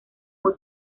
muy